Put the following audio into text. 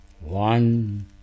one